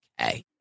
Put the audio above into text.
okay